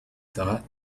thought